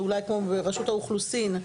אולי כמו ברשות האוכלוסין,